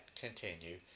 continue